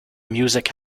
music